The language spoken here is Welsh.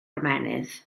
ymennydd